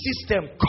system